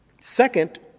Second